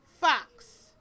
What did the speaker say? fox